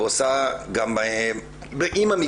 ועושה גם עם המגבלות